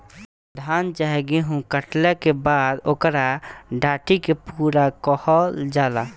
धान चाहे गेहू काटला के बाद ओकरा डाटी के पुआरा कहल जाला